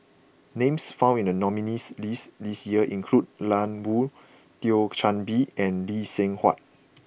names found in the nominees' list this year include Lan Woo Thio Chan Bee and Lee Seng Huat